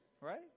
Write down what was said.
Right